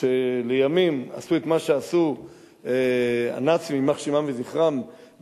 שלימים עשו את מה שעשו הנאצים יימח שמם וזכרם,